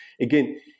again